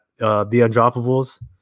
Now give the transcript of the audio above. theundroppables